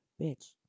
Bitch